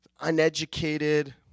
Uneducated